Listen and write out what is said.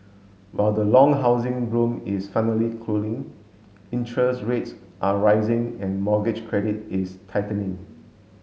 while the long housing boom is finally cooling interest rates are rising and mortgage credit is tightening